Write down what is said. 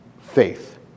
faith